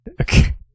Okay